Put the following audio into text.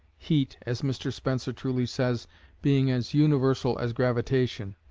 heat, as mr spencer truly says being as universal as gravitation.